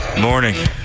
Morning